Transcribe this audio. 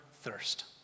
thirst